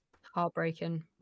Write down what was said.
heartbreaking